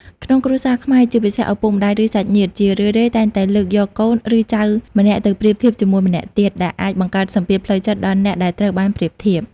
ក្នុងគ្រួសារខ្មែរជាពិសេស ឪពុកម្តាយ ឬសាច់ញាតិ ជារឿយៗតែងតែលើកយកកូន ឬចៅម្នាក់ទៅប្រៀបធៀបជាមួយម្នាក់ទៀត ដែលអាចបង្កើតសម្ពាធផ្លូវចិត្តដល់អ្នកដែលត្រូវបានប្រៀបធៀប។